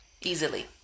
easily